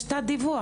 יש תת דיווח.